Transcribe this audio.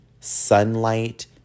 Sunlight